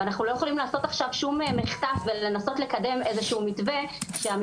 אנחנו פחות מ-10 ימים פני המתווה ועדיין לא ראינו תקן אחד ואנחנו הופכים